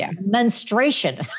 menstruation